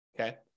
okay